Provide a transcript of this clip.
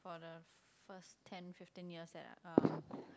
for the first ten fifteen years at uh